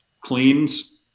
cleans